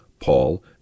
Paul